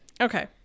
Okay